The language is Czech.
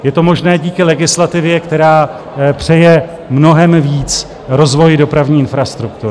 Je to možné díky legislativě, která přeje mnohem víc rozvoji dopravní infrastruktury.